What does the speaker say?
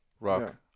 rock